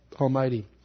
Almighty